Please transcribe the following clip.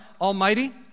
Almighty